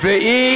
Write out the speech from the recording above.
אתה